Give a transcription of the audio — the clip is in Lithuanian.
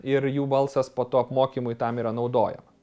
ir jų balsas po to apmokymui tam yra naudojama